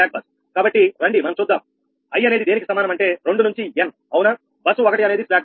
కాబట్టి రండి మనం చూద్దాం i అనేది దేనికి సమానం అంటే 2 నుంచి n అవునాబస్సు 1 అనేది స్లాక్ బస్